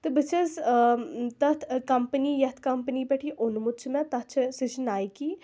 تہٕ بہٕ چھَس آ تَتھ کَمپٔنی یَتھ کمپٔنی پٮ۪ٹھ یہِ اوٚنمُت چھُ مےٚ تَتھ چھِ سۅ چھِ نایکی